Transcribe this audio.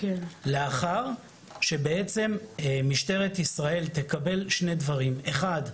לאחר שבעצם משטרת ישראל תקבל שני דברים: אחד,